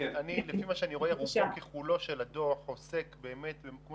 רובו ככולו של הדוח עוסק באמת, כמו